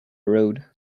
road